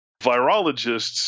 virologists